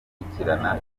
gukurikira